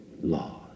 law